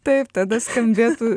taip tada skambėtų